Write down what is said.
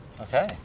Okay